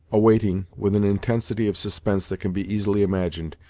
awaiting, with an intensity of suspense that can be easily imagined,